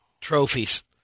trophies